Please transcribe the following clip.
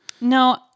no